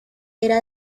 era